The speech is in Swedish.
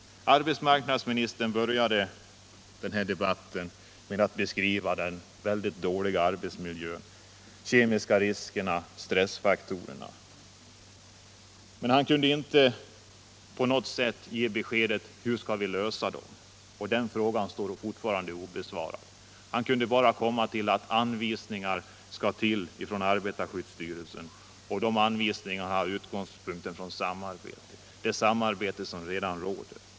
Arbetsmarknadsministern började denna debatt med att beskriva den väldigt dåliga arbetsmiljön, de kemiska riskerna och stressfaktorerna. Men han kunde inte ge besked om hur vi skall lösa problemen. Den frågan står fortfarande obesvarad. Han kunde bara komma fram till att anvisningar skall ges från arbetarskyddsstyrelsen. De anvisningarna har sin utgångspunkt i samarbete, det samarbete som redan råder.